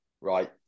right